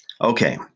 Okay